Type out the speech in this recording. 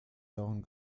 sauren